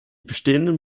bestehenden